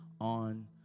on